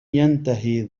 ينتهي